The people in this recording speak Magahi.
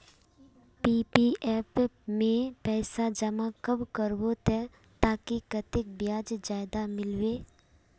पी.पी.एफ में पैसा जमा कब करबो ते ताकि कतेक ब्याज ज्यादा मिलबे?